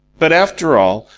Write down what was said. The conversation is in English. but, after all,